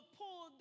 pull